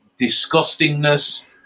disgustingness